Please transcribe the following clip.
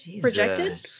projected